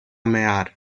mear